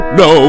no